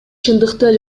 чындыкты